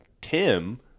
Tim